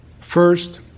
First